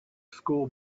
school